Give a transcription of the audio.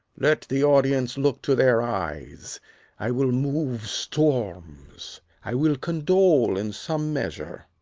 let the audience look to their eyes i will move storms i will condole in some measure.